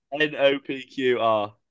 N-O-P-Q-R